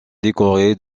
décorée